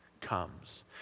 comes